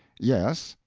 yes,